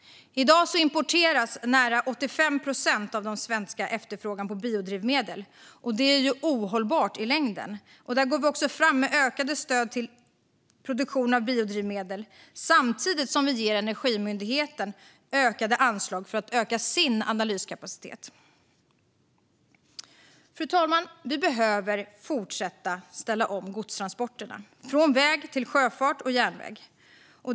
I dag importeras nära 85 procent av den svenska efterfrågan på biodrivmedel. Det är ohållbart i längden. Där går vi också fram med ökade stöd till produktion av biodrivmedel, samtidigt som vi ger Energimyndigheten ökade anslag för att öka sin analyskapacitet. Fru talman! Vi behöver fortsätta att ställa om godstransporterna från väg till sjöfart och järnväg.